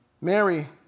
Mary